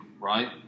right